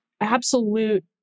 absolute